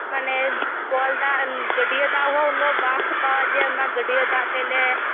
ᱢᱟᱱᱮ ᱠᱚᱞ ᱫᱟᱜ ᱜᱟᱹᱰᱤᱭᱟᱹ ᱫᱟᱜ ᱦᱚ ᱩᱱᱟᱹᱜ ᱵᱟᱝ ᱥᱟᱯᱷᱟᱣᱟ ᱡᱮ ᱚᱱᱟ ᱜᱟᱹᱰᱤᱭᱟᱹ ᱫᱟᱜ ᱛᱮᱞᱮ